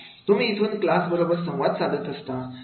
इथून तुम्ही क्लास बरोबर संवाद साधत असतात